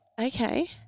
Okay